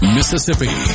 Mississippi